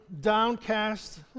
downcast